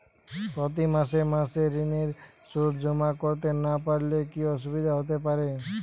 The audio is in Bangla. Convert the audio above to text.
প্রতি মাসে মাসে ঋণের সুদ জমা করতে না পারলে কি অসুবিধা হতে পারে?